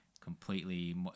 completely